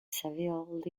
saville